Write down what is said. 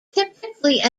typically